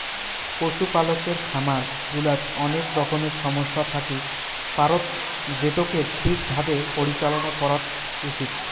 পশুপালকের খামার গুলাত অনেক রকমের সমস্যা থাকি পারত যেটোকে ঠিক ভাবে পরিচালনা করাত উচিত